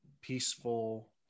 peaceful